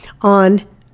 on